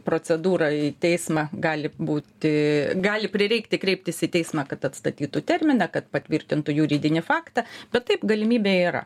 procedūra į teismą gali būti gali prireikti kreiptis į teismą kad atstatytų terminą kad patvirtintų juridinį faktą bet taip galimybė yra